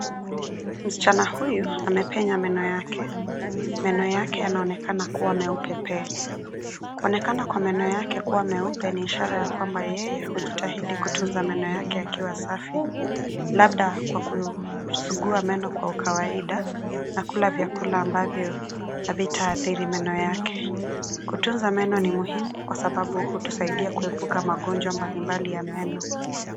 Msichana huyu amepenya meno yake, meno yake yanaonekana kuwa meupe pe, kuonekana kwa meno yake kuwa meupe ni ishara ya kwamba yeye hujitahidi kutunza meno yake yakiwa safi, labda kwa kusugua meno kwa ukawaida, na kula vyakula ambavyo, havitaathiri meno yake, kutunza meno ni muhimu kwa sababu hutusaidia kuepuka magonjwa mbalimbali ya meno.